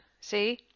see